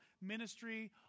ministry